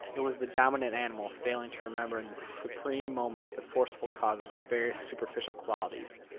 it was the dominant animal failing to remember in the supreme moments the forceful causes of various superficial qualities.